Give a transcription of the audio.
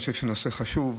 אני חושב שהנושא חשוב.